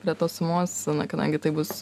prie tos sumos na kadangi tai bus